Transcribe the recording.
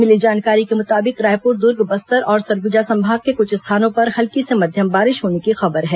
मिली जानकारी के मुताबिक रायपुर दुर्ग बस्तर और सरगुजा संभाग के कुछ स्थानों पर हल्की से मध्यम बारिश होने की खबर है